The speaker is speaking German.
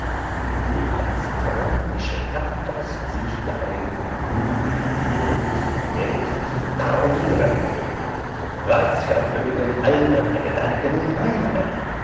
indem das tragische pathos sich darin unwillkürlich selbst parodiere was vermögen alberne gedanken und meinungen